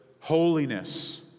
holiness